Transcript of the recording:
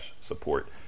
support